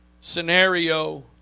scenario